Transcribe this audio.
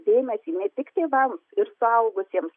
dėmesį ne tik tėvam ir suaugusiems